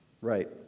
Right